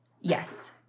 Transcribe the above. Yes